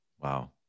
Wow